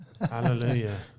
hallelujah